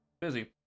busy